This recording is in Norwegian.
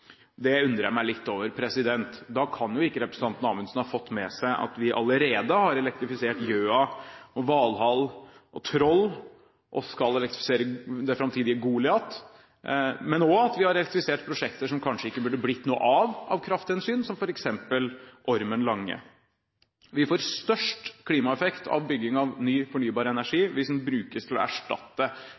Det undrer jeg meg litt over. Da kan ikke representanten Amundsen ha fått med seg at vi allerede har elektrifisert Gjøa, Valhall og Troll, og skal elektrifisere det framtidige Goliat, men også at vi har elektrifisert prosjekter som det kanskje ikke burde blitt noe av, av krafthensyn, som f.eks. Ormen Lange. Vi får størst klimaeffekt av bygging av ny fornybar energi hvis den brukes til å erstatte